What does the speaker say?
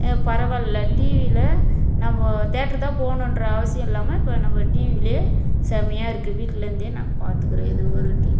பரவாயில்ல டிவியில் நம்ம தேட்டரு தான் போகணுன்ற அவசியம் இல்லாமல் இப்போ நம்ம டிவிலேயே செம்மையா இருக்குது வீட்டில் இருந்தே நாங்கள் பார்த்துக்குறோம் ஏதோ ஒரு டி